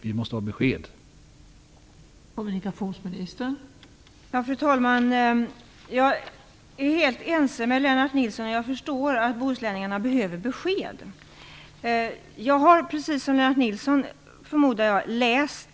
Vi måste ha ett besked.